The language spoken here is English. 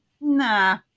nah